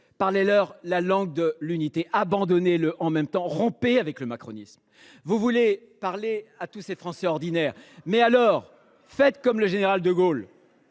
Parlez leur la langue de l’unité ! Abandonnez le « en même temps »! Rompez avec le macronisme ! Pour parler à tous ces Français ordinaires, faites comme le général de Gaulle